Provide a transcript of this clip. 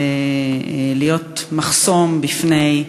ולהיות מחסום בפני,